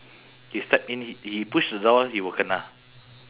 he step in h~ he push the door he will kena